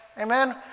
amen